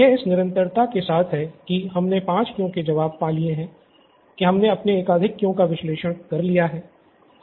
ये इस निरंतरता के साथ है ही हमने पाँच क्यो के जवाब पा लिए है की हमने अपने एकाधिक क्यो का विश्लेषण कर लिया है